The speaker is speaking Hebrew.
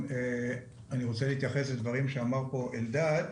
אני רוצה להתייחס לדברים שאמר פה אלדד,